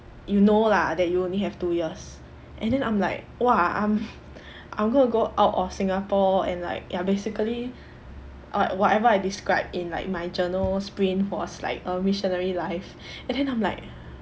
you know lah that you only have two years and then I'm like !wah! I'm I'm gonna go out of singapore and like ya basically I whatever I described in like my journals print was like a missionary life and then I'm like